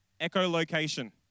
echolocation